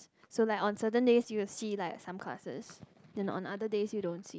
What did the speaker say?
so like on certain days you'll see like some classes then on other days you don't see